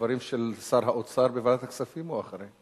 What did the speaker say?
הדברים של שר האוצר בוועדת הכספים או אחרי?